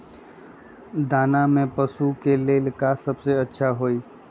दाना में पशु के ले का सबसे अच्छा होई?